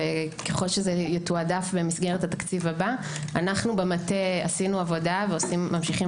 וככל שזה יתועדף במסגרת התקציב הבא אנחנו במטה עשינו עבודה וממשיכים